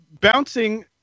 bouncing